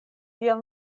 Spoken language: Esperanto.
tiel